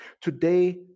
today